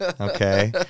Okay